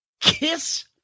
Kiss